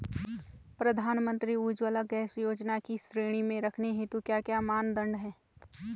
प्रधानमंत्री उज्जवला गैस योजना की श्रेणी में रखने हेतु क्या क्या मानदंड है?